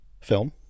film